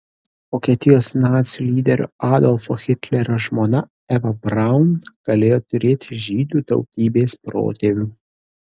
vokietijos nacių lyderio adolfo hitlerio žmona eva braun galėjo turėti žydų tautybės protėvių